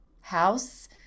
house